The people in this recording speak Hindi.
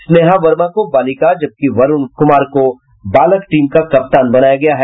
स्नेहा वर्मा को बालिका जबकि वरूण कुमार को बालक टीम का कप्तान बनाया गया है